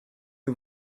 que